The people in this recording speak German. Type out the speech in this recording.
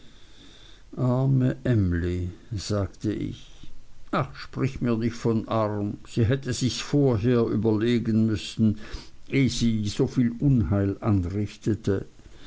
emly sagte ich ach sprich mir nicht von arm sie hätte sichs vorher überlegen müssen ehe sie soviel unheil anrichtete